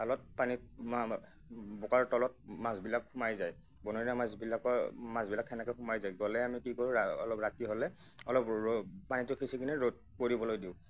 খালত পানীত বোকাৰ তলত মাছবিলাক সোমাই যায় বনৰীয়া মাছবিলাক মাছবিলাক সেনেকৈ সোমাই যায় গ'লে আমি কি কৰোঁ অলপ ৰাতি হ'লে অলপ ৰৈ পানীটো সিঁচি কিনে ৰদ পৰিবলৈ দিওঁ